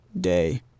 day